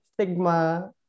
stigma